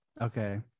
Okay